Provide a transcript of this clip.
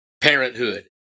Parenthood